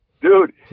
Dude